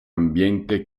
ambiente